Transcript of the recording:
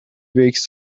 wakes